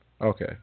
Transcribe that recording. Okay